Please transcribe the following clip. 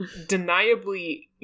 deniably